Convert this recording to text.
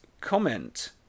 comment